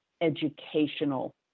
educational